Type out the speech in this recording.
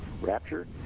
rapture